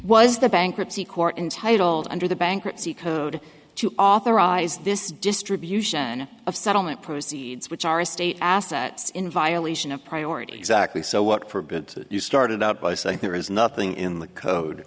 was the bankruptcy court intitled under the bankruptcy code to authorize this distribution of settlement proceeds which are state assets in violation of priorities actually so what forbid you started out by saying there is nothing in the code